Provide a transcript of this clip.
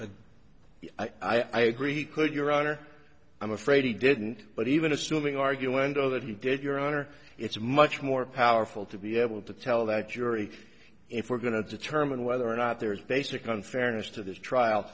without i agree he could your honor i'm afraid he didn't but even assuming argue window that he did your honor it's much more powerful to be able to tell the jury if we're going to determine whether or not there is basic unfairness to this trial